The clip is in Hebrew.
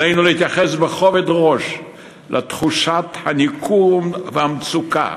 עלינו להתייחס בכובד ראש לתחושת הניכור והמצוקה